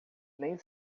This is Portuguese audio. nem